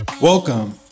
Welcome